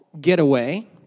getaway